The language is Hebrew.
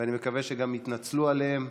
ואני מקווה שגם התנצלו עליהם.